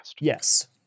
Yes